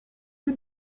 nie